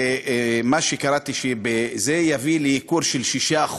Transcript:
ולפי מה שקראתי זה יביא לייקור של 6%,